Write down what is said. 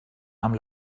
amb